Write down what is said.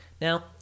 Now